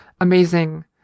amazing